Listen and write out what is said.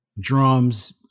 drums